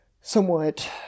somewhat